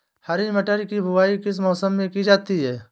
हरी मटर की बुवाई किस मौसम में की जाती है?